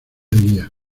guía